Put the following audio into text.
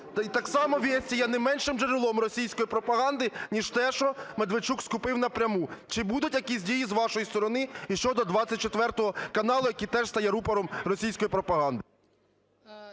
так само "Вести" є не меншим джерелом російської пропаганди, ніж те, що Медведчук скупив напряму. Чи будуть якісь дії з вашої сторони і щодо "24" каналу, який теж стає рупором російської пропаганди.